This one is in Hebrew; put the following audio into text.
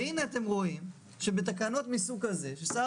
והנה אתם רואים שבתקנות מסוג כזה ששר